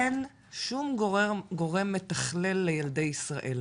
אין שום גורם מתכלל לילדי ישראל.